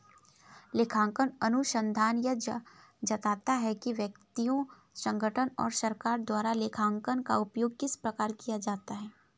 लेखांकन अनुसंधान यह जाँचता है कि व्यक्तियों संगठनों और सरकार द्वारा लेखांकन का उपयोग किस प्रकार किया जाता है